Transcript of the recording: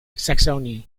saxony